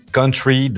country